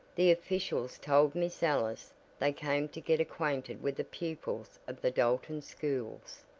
the officials told miss ellis they came to get acquainted with the pupils of the dalton schools.